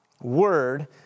word